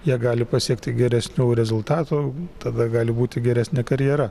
jie gali pasiekti geresnių rezultatų tada gali būti geresnė karjera